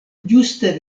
ĝuste